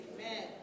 Amen